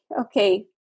okay